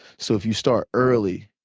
so if you start early,